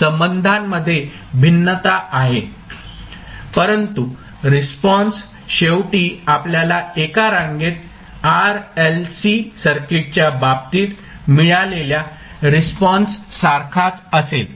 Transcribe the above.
संबंधांमध्ये भिन्नता आहे परंतु रिस्पॉन्स शेवटी आपल्याला एका रांगेत RLC सर्किटच्या बाबतीत मिळालेल्या रिस्पॉन्स सारखाच असेल